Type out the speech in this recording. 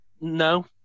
no